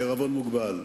בעירבון מוגבל.